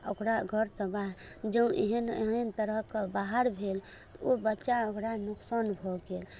ओकरा घर सऽ बाहर जँ एहन एहन तरहके बाहर भेल ओ बच्चा ओकरा नुकसान भऽ गेल